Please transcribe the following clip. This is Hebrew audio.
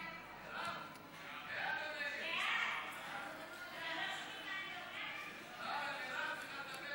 ההצעה להעביר את הצעת חוק התכנון